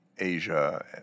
Asia